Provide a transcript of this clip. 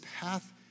path